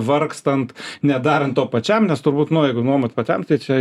vargstant nedarant to pačiam nes turbūt nu jeigu nuomot pačiam tai čia